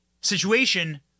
situation